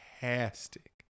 fantastic